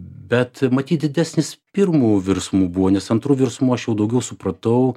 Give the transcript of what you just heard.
bet matyt didesnis pirmu virsmu buvo nes antru virsmu aš jau daugiau supratau